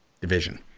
division